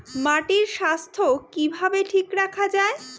মাটির স্বাস্থ্য কিভাবে ঠিক রাখা যায়?